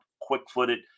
quick-footed